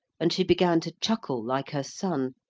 and she began to chuckle like her son,